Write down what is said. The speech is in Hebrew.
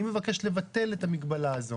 אני מבקש לבטל את המגבלה הזו.